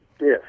Yes